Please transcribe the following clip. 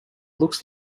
looks